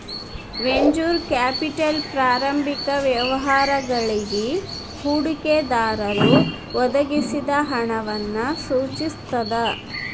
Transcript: venture capital ಪ್ರಾರಂಭಿಕ ವ್ಯವಹಾರಗಳಿಗಿ ಹೂಡಿಕೆದಾರರು ಒದಗಿಸಿದ ಹಣವನ್ನ ಸೂಚಿಸ್ತದ